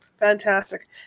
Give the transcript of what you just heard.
Fantastic